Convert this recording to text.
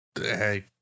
hey